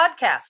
podcast